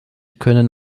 können